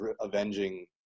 avenging